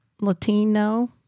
Latino